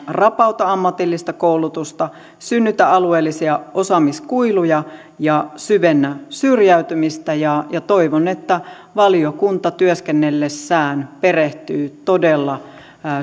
rapauta ammatillista koulutusta synnytä alueellisia osaamiskuiluja ja syvennä syrjäytymistä ja ja toivon että valiokunta työskennellessään perehtyy todella